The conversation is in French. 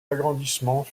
agrandissements